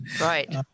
Right